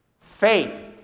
Faith